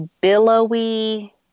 billowy